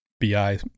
bi